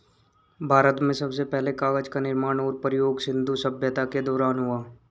भारत में सबसे पहले कागज़ का निर्माण और प्रयोग सिन्धु सभ्यता के दौरान हुआ